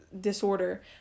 disorder